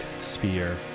Spear